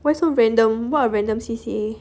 why so random what a random C_C_A